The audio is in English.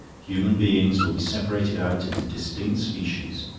human beings will be separated out into distinct species,